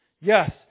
Yes